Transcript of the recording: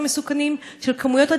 של כמויות הדלקים האדירות,